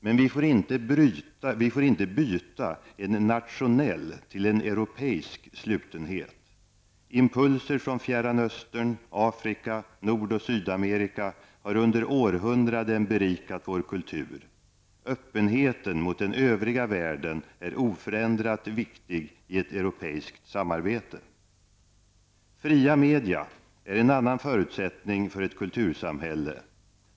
Men vi får inte byta en nationell till en europeisk slutenhet. Impulser från Fjärran Östern, Afrika, Nord och Sydamerika har under århundraden berikat vår kultur. Öppenheten mot den övriga världen är oförändrat viktigt i ett europeiskt samarbete. Fria media är en annan förutsättning för ett kultursamhälle.